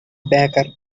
baker